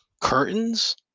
curtains